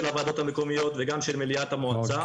הוועדות המקומיות וגם של מליאת המועצה.